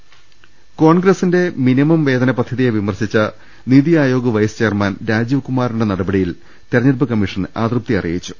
രദേഷ്ടെടു കോൺഗ്രസിന്റെ മിനിമം വേതന പദ്ധതിയെ വിമർശിച്ച നിതി ആയോഗ് വൈസ് ചെയർമാൻ രാജീവ്കുമാറിന്റെ നടപട്ടിയിൽ തെരഞ്ഞെടുപ്പ് കമ്മീ ഷൻ അതൃപ്തി അറിയിച്ചു